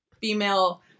female